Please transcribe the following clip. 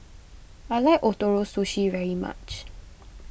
I like Ootoro Sushi very much